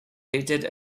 rated